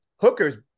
Hooker's